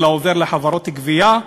אלא עובר לחברות גבייה,